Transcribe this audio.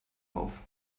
auf